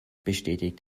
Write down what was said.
bestätigt